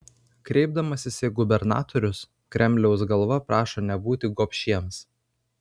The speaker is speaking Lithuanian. kreipdamasis į gubernatorius kremliaus galva prašo nebūti gobšiems